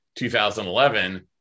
2011